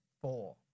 Four